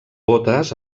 botes